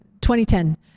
2010